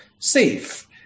safe